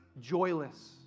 joyless